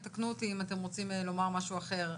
ותקנו אותי אם אתם רוצים לומר משהו אחר,